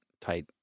tight